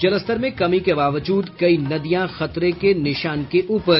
जलस्तर में कमी के बावजूद कई नदियां खतरे के निशान के ऊपर